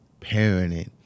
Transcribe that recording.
parenting